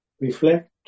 Reflect